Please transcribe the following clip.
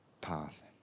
path